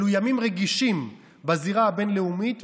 אלו ימים רגישים בזירה הבין-לאומית,